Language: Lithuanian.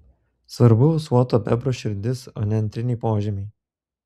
svarbu ūsuoto bebro širdis o ne antriniai požymiai